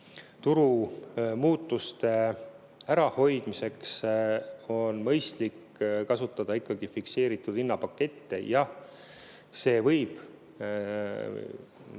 turumuutuste ärahoidmiseks on mõistlik kasutada ikkagi fikseeritud hinnaga pakette. Jah, see võib